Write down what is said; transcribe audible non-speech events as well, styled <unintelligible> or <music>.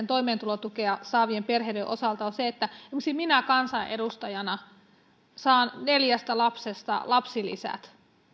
<unintelligible> toimeentulotukea saavien perheiden osalta on se että miksi minä kansanedustajana saan neljästä lapsesta lapsilisät